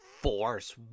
force